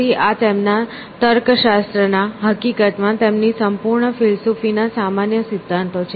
તેથી આ તેમના તર્કશાસ્ત્ર ના હકીકતમાં તેમની સંપૂર્ણ ફિલસૂફી ના સામાન્ય સિદ્ધાંતો છે